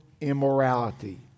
immorality